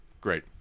Great